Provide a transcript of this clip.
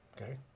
Okay